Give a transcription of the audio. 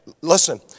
listen